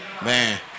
Man